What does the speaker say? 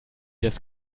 das